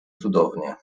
cudownie